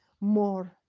more